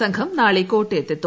സംഘം നാളെ കോട്ടയത്ത് എത്തും